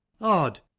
odd